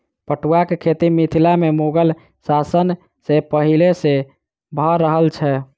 पटुआक खेती मिथिला मे मुगल शासन सॅ पहिले सॅ भ रहल छै